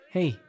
Hey